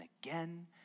Again